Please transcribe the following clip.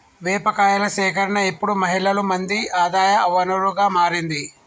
వేప కాయల సేకరణ ఇప్పుడు మహిళలు మంది ఆదాయ వనరుగా మారింది